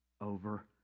over